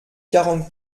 quarante